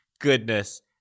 goodness